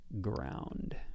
ground